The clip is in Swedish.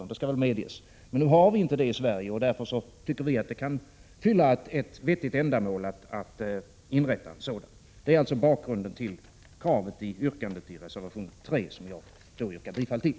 Detta skall medges, men nu finns det inte någon sådan organisation i Sverige, och därför tycker vi att det kan fylla ett viktigt ändamål att inrätta ett lekmannaorgan. Detta är bakgrunden till yrkandet i reservation 3, som jag yrkar bifall till.